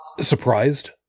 surprised